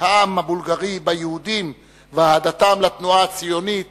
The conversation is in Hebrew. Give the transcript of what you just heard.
העם הבולגרי ביהודים ואת אהדתם לתנועה הציונית